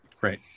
Right